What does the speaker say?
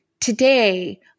today